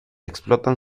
explotan